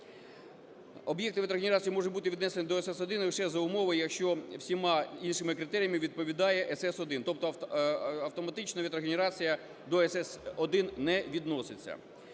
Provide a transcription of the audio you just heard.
Об'єкти вітрогенерації можуть бути віднесені до СС1 лише за умови, якщо всіма іншими критеріями відповідає СС1. Тобто автоматично вітрогенерація до СС1 не відноситься.